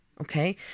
Okay